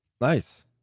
nice